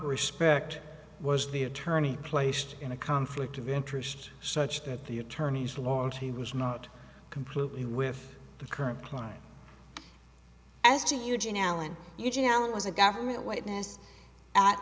respect was the attorney placed in a conflict of interest such that the attorneys along she was not completely with the current prime as to eugene allen eugene allen was a government witness at